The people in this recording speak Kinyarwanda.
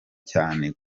cyane